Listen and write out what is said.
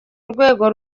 rwego